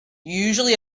usually